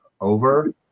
over